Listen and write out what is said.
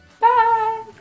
Bye